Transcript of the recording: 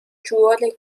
جوال